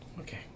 okay